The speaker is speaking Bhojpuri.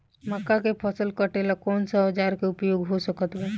मक्का के फसल कटेला कौन सा औजार के उपयोग हो सकत बा?